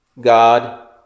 God